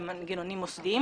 במנגנונים מוסדיים